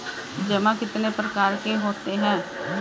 जमा कितने प्रकार के होते हैं?